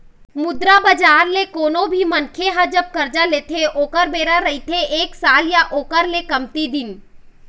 मुद्रा बजार ले कोनो भी मनखे ह जब करजा लेथे ओखर बेरा रहिथे एक साल या ओखर ले अउ कमती दिन